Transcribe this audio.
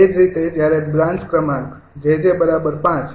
એ જ રીતે જ્યારે બ્રાન્ચ ક્રમાંક 𝑗𝑗 ૫